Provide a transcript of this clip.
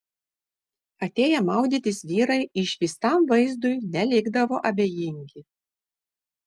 atėję maudytis vyrai išvystam vaizdui nelikdavo abejingi